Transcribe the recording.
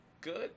good